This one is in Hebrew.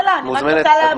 חשבתי רק סויד עושה את זה.